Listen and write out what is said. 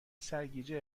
سرگیجه